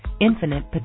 infinite